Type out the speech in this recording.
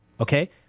Okay